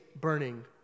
burning